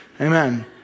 Amen